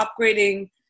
upgrading